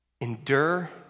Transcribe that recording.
Endure